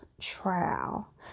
trial